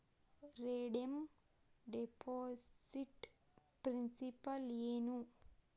redeem deposit principal ಏನು